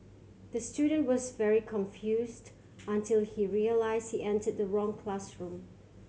the student was very confused until he realised he entered the wrong classroom